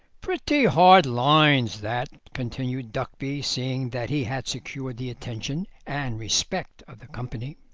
pretty hard lines that, continued duckby, seeing that he had secured the attention and respect of the company